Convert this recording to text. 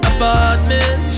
Apartment